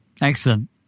Excellent